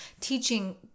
teaching